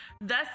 thus